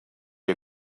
you